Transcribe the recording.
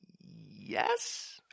Yes